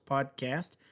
Podcast